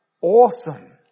Awesome